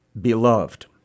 beloved